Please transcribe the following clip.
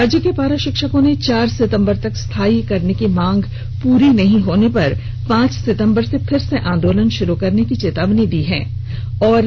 राज्य के पारा शिक्षकों ने चार सितंबर तक स्थायी करने की मांग पूरी नहीं होने पर पांच सितंबर से फिर से आंदोलन शुरू करने की चेतावनी राज्य सरकार को दी है